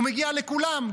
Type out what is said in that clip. הוא מגיע לכולם,